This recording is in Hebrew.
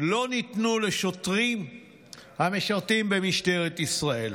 לא ניתנו לשוטרים המשרתים במשטרת ישראל.